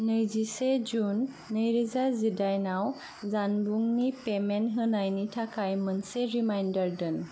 नैजिसे जुन नै रोजा जिदाइनआव जानबुंनि पेमेन्ट होनायनि थाखाय मोनसे रिमाइन्डार दोन